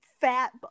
fat